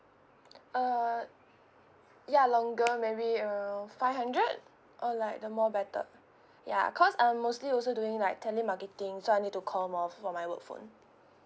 uh ya longer maybe around five hundred or like the more better ya cause I mostly also doing like telemarketing so I need to call more for my work phone